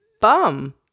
bum